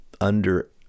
under-